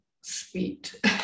sweet